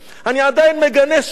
אני עדיין מגנה שם.